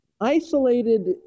isolated